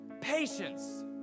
patience